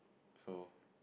so